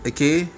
Okay